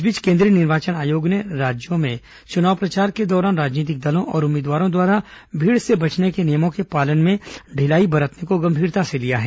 इस बीच केन्द्रीय निर्वाचन आयोग ने राज्यों में चुनाव प्रचार के दौरान राजनीतिक दलों और उम्मीदवारों द्वारा भीड़ से बचने के नियमों के पालन में ढिलाई बरतने को गंभीरता से लिया है